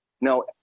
no